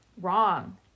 wrong